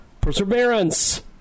Perseverance